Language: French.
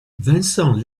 vincent